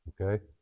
okay